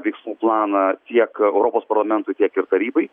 veiksmų planą tiek europos parlamentui tiek ir tarybai